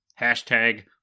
Hashtag